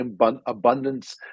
abundance